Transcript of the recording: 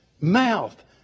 mouth